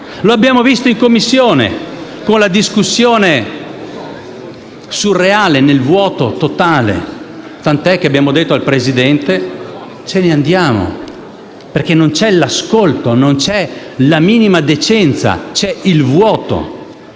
Lo abbiamo visto in Commissione con la discussione surreale nel vuoto totale, tanto che abbiamo detto al Presidente che ce ne andavamo perché non vi era ascolto, non vi era la minima decenza, ma solo il vuoto.